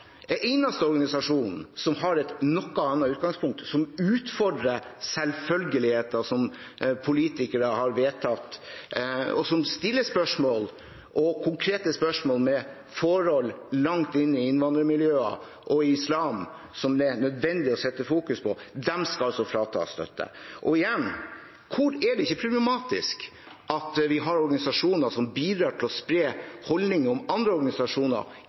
som har et noe annet utgangspunkt, som utfordrer selvfølgeligheter som politikere har vedtatt, og som stiller konkrete spørsmål om forhold langt inn i innvandrermiljøer og islam som det er nødvendig å fokusere på, skal fratas støtte. Igjen: Er det ikke problematisk at vi har organisasjoner som bidrar til å spre holdninger om andre organisasjoner